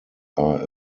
are